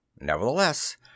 Nevertheless